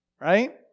right